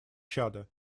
чада